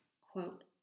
quote